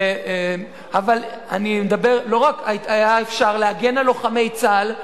לא רק היה אפשר להגן על לוחמי צה"ל,